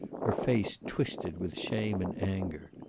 her face twisted with shame and anger.